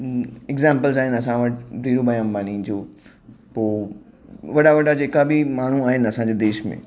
examples आहिनि असां वटि धीरू भाई अंबानी जूं पोइ वॾा वॾा जेका बि माण्हू आहिनि असांजे देश में